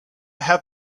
have